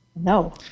No